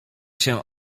się